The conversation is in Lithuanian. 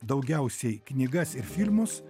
daugiausiai knygas ir filmus